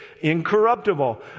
incorruptible